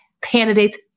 candidates